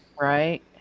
Right